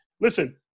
listen